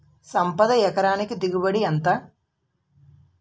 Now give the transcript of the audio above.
సంపద ఎకరానికి దిగుబడి ఎంత?